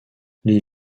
les